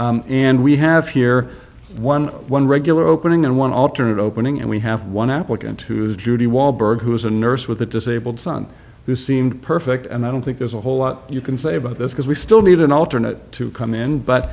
eleven and we have here one one regular opening and one alternate opening and we have one applicant who is judy walberg who is a nurse with a disabled son who seemed perfect and i don't think there's a whole lot you can say about this because we still need an alternate to come in but